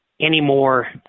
Anymore